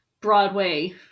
broadway